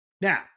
Now